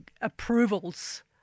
approvals